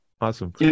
Awesome